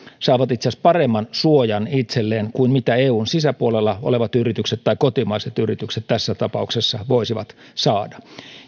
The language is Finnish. saavat itselleen itse asiassa paremman suojan kuin eun sisäpuolella olevat yritykset tai kotimaiset yritykset tässä tapauksessa voisivat saada